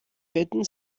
betten